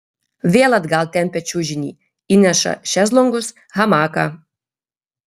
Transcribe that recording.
vėl atgal tempia čiužinį įneša šezlongus hamaką